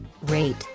rate